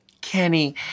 Kenny